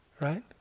right